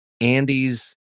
Andy's